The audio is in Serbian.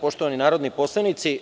Poštovani narodni poslanici,